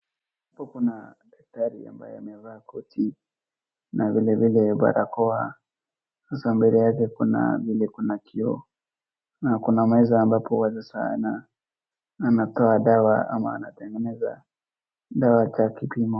Hapo kuna daktari ambaye amevaa koti na vilevile barakoa. Sasa mbele yake kuna vile kuna kioo na kuna meza ambapo sasa anatoa dawa ama anatengeneza dawa za kipimo.